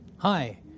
Hi